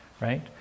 right